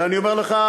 ואני אומר לכם,